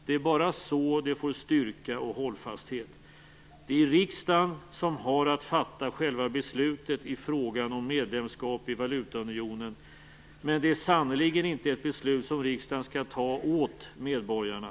Det är bara så det får styrka och hållfasthet. Det är riksdagen som har att fatta själva beslutet i frågan om medlemskap i valutaunionen, men det är sannerligen inte ett beslut som riksdagen skall fatta åt medborgarna.